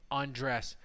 undress